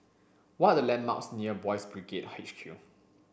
what are the landmarks near Boys' Brigade H Q